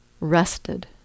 rested